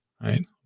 right